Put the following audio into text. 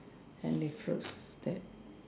any fruits that